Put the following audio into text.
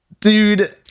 dude